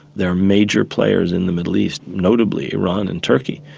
there are major players in the middle east, notably iran and turkey,